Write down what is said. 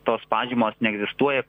tos pažymos neegzistuoja